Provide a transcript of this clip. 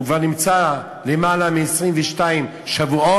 והוא כבר נמצא יותר מ-22 שבועות,